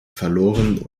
verloren